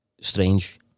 strange